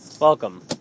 Welcome